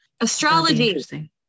Astrology